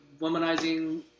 womanizing